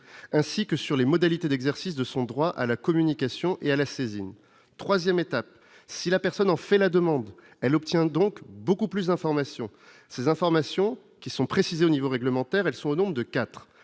ainsi que sur les modalités d'exercice de son droit à la communication et à la saisie 3ème étape si la personne en fait la demande, elle obtient donc beaucoup plus information ces informations qui sont précisés au niveau réglementaire, elles sont au nombre de 4 : le